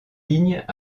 lignes